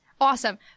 Awesome